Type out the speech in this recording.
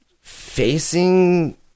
facing